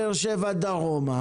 מקו באר שבע דרומה,